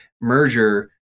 merger